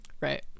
Right